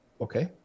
Okay